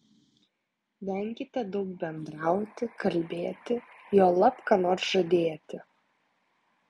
venkite daug bendrauti kalbėti juolab ką nors žadėti